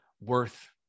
worth